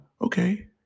okay